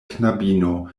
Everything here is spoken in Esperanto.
knabino